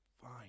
fine